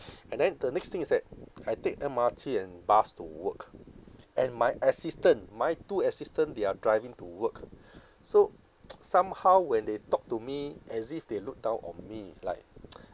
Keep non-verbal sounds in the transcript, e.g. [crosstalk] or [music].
and then the next thing is that I take M_R_T and bus to work and my assistant my two assistant they are driving to work [breath] so [noise] somehow when they talk to me as if they look down on me like [noise]